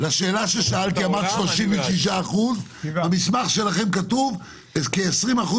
אמרת 36%. במסמך של משרד הבריאות כתוב "כ-20%